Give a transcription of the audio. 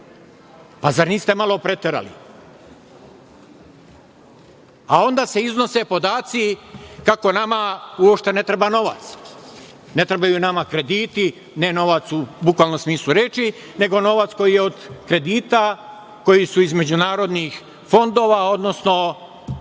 Zar niste malo preterali? Onda se iznose podaci kako nama u opšte ne treba novac, ne trebaju nama krediti, ne novac u bukvalnom smislu reči, nego novac koji je od kredita koji su iz međunarodnih fondova, odnosno Svetska